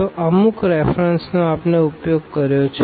તો આ અમુક રેફરન્સ નો આપણે ઉપયોગ કર્યો છે